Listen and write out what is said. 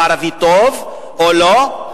הוא ערבי טוב או לא?